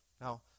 Now